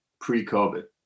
pre-COVID